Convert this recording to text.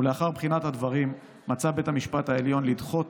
ולאחר בחינת הדברים מצא בית המשפט העליון לדחות